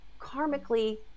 karmically